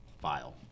file